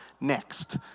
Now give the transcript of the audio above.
next